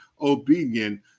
obedient